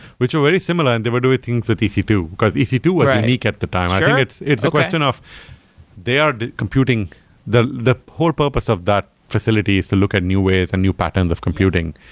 which are very similar and they were doing things with e c two, because e c two was unique at the time. i think it's it's a question of they are computing the the core purpose of that facility is to look at new way and new patterns of computing.